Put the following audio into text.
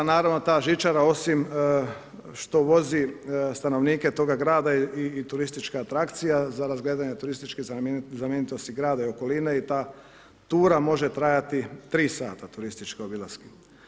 Naravno ta žičara osim što vozi stanovnike toga grada je i turistička atrakcija, za razgledanje turističkih znamenitosti grada i okoline i ta tura može trajati 3 sata turističkog obilaska.